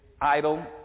idle